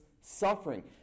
suffering